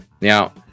Now